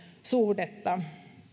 suhdetta